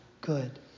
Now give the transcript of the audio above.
good